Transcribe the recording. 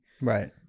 Right